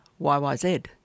YYZ